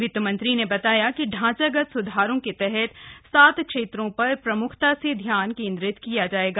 वित्त मंत्री ने बताया कि ढांचागत सुधारों के तहत सात क्षेत्रों पर प्रमुखता से ध्यान केन्दित किया जाएगा